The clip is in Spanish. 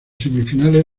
semifinales